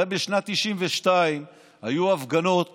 הרי בשנת 1992 היו הפגנות